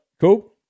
Cool